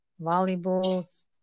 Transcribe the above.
volleyballs